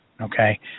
okay